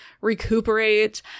recuperate